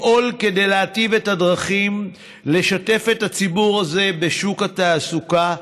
לפעול כדי להיטיב את הדרכים לשתף את הציבור הזה בשוק התעסוקה,